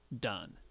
done